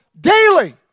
daily